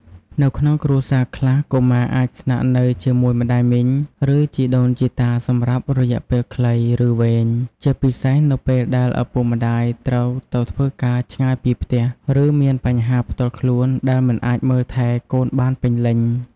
នៅក្នុងគ្រួសារខ្លះ កុមារអាចស្នាក់នៅជាមួយម្ដាយមីង ឬជីដូនជីតាសម្រាប់រយៈពេលខ្លី ឬវែង ជាពិសេសនៅពេលដែលឪពុកម្ដាយត្រូវទៅធ្វើការឆ្ងាយពីផ្ទះ ឬមានបញ្ហាផ្ទាល់ខ្លួនដែលមិនអាចមើលថែកូនបានពេញលេញ។